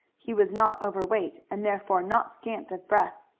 he was not over weight and therefore not scant of breath.